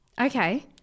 okay